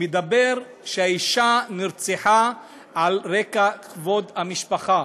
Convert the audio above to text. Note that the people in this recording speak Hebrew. אומר שהאישה נרצחה על רקע כבוד המשפחה.